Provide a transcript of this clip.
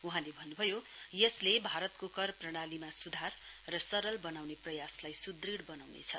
वहाँले भन्नुभयो यसले भारतको कर प्रणालीमा सुधार र सरल बनाउने प्रयासलाई सुदृढ बनाउनेछ